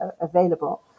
available